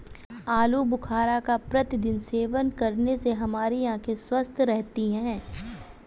आलू बुखारा का प्रतिदिन सेवन करने से हमारी आंखें स्वस्थ रहती है